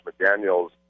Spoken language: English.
McDaniels